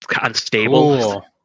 unstable